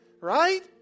right